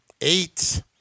Eight